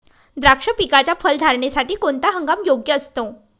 द्राक्ष पिकाच्या फलधारणेसाठी कोणता हंगाम योग्य असतो?